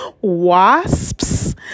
wasps